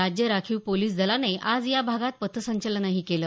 राज्य राखीव पोलीस दलाने आज या भागात पथ संचलनही केलं